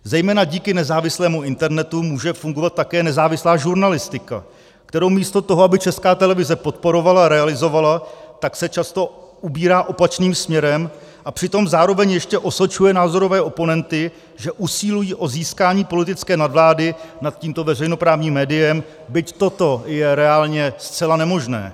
Zejména díky nezávislému internetu může fungovat také nezávislá žurnalistika, kterou místo toho, aby Česká televize podporovala a realizovala, tak se často ubírá opačným směrem a přitom zároveň ještě osočuje názorové oponenty, že usilují o získání politické nadvlády nad tímto veřejnoprávním médiem, byť toto je reálně zcela nemožné.